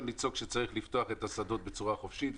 לצעוק שצריך לפתוח את השדות בצורה חופשית,